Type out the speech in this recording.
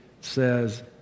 says